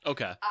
Okay